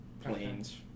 planes